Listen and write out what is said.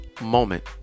moment